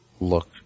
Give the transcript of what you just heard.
look